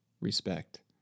respect